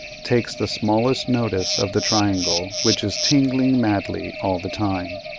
takes the smallest notice of the triangle, which is tingling madly all the time.